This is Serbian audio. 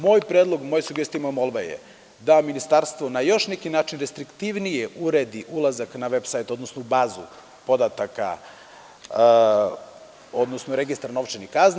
Moj predlog, moja sugestija, moja molba je da Ministarstvo na još neki način restriktivnije uredi ulazak na veb-sajt, odnosno u bazu podataka, odnosno registar novčanih kazni.